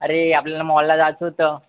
अरे आपल्याला मॉलला जायचं होतं